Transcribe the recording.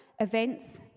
events